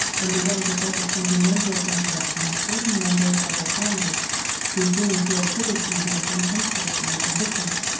and began to take a sentimental interest in certain members of her family to whom she had hitherto been contemptuously indifferent.